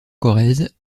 corrèze